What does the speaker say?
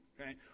Okay